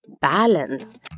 balance